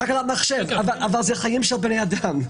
תקלת מחשב, אבל זה חיים של בני אדם.